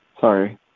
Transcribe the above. Sorry